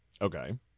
okay